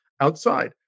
outside